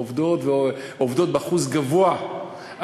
עובדות, עובדות באחוז גבוה.